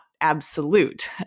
absolute